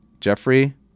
Jeffrey